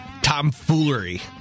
tomfoolery